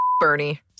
Bernie